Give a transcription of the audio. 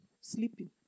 sleeping